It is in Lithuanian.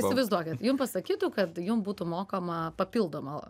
įsivaizduokit jums pasakytų kad jum būtų mokama papildoma